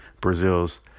brazil's